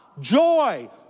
joy